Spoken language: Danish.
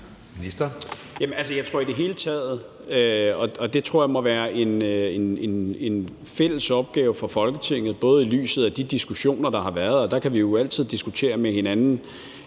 Jeg tror i det hele taget, det må være en fælles opgave for Folketinget set i lyset af de diskussioner, der har været, og der kan vi jo altid diskutere med hinanden,